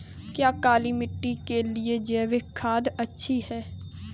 क्या काली मिट्टी के लिए जैविक खाद अच्छी है?